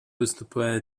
выступаю